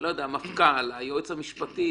מפכ"ל, היועץ המשפטי